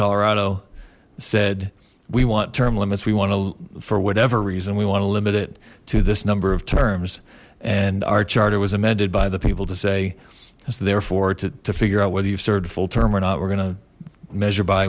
colorado said we want term limits we want to for whatever reason we want to limit it to this number of terms and our charter was amended by the people to say as therefore to figure out whether you've served full term or not we're gonna measure by